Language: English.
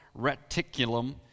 reticulum